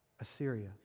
Assyria